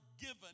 given